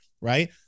Right